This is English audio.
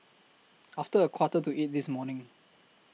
after A Quarter to eight This morning